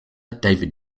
david